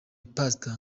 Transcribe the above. pastor